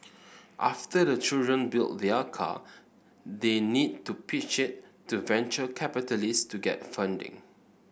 after the children build their car they need to pitch it to venture capitalist to get funding